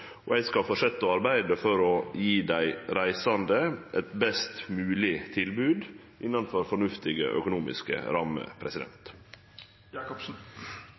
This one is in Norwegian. Eg skal fortsetje å arbeide for å gje dei reisande eit best mogleg tilbod innanfor fornuftige økonomiske rammer.